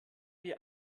wir